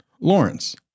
Lawrence